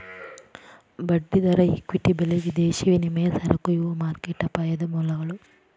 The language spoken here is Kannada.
ಬಡ್ಡಿದರ ಇಕ್ವಿಟಿ ಬೆಲಿ ವಿದೇಶಿ ವಿನಿಮಯ ಸರಕು ಇವು ಮಾರ್ಕೆಟ್ ಅಪಾಯದ ಮೂಲಗಳ